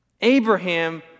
Abraham